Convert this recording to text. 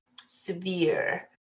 severe